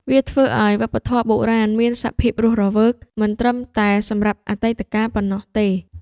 វាធ្វើឲ្យវប្បធម៌បុរាណមានសភាពរស់រវើក មិនត្រឹមតែសម្រាប់អតីតកាលប៉ុណ្ណោះទេ